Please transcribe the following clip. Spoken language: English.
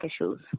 issues